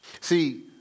See